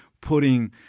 putting